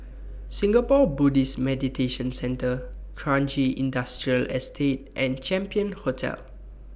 Singapore Buddhist Meditation Centre Kranji Industrial Estate and Champion Hotel